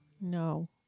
No